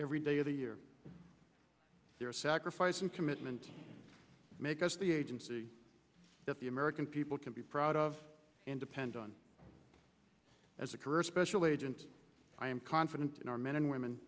every day of the year their sacrifice and commitment make us the agency that the american people can be proud of and depend on as a career special agent i am confident in our men and women